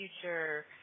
future